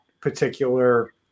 particular